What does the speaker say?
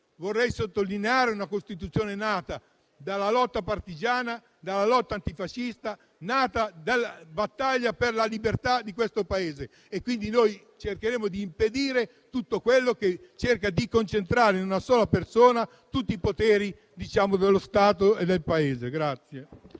vorrei sottolineare - nata dalla lotta partigiana, dalla lotta antifascista, dalla battaglia per la libertà di questo Paese. E, quindi, cercheremo di impedire tutto quello che cerca di concentrare in una sola persona tutti i poteri dello Stato.